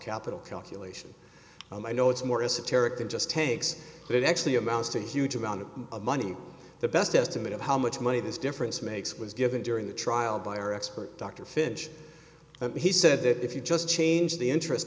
capital calculation i know it's more esoteric than just tanks but it actually amounts to a huge amount of money the best estimate of how much money this difference makes was given during the trial by our expert dr finch he said if you just change the interest